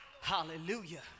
Hallelujah